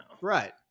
right